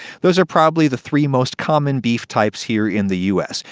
those are probably the three most common beef types here in the u s.